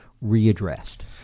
readdressed